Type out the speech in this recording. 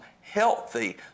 healthy